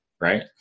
right